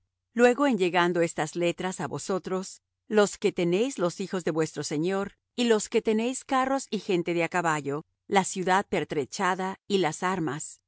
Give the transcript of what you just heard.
luego en llegando estas letras á vosotros lo que tenéis los hijos de vuestro señor y los que tenéis carros y gente de á caballo la ciudad pertrechada y las armas